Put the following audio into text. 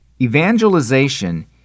Evangelization